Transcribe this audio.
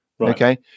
Okay